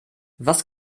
was